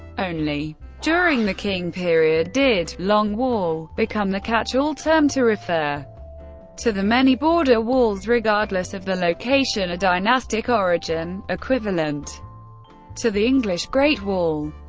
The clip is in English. only during the qing period did long wall become the catch-all term to refer to the many border walls regardless of their location or dynastic origin, equivalent to the english great wall.